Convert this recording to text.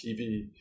TV